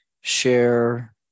share